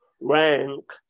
rank